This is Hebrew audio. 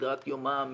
משגרת יומם,